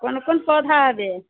कोन कोन पौधा देब